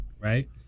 right